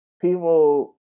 people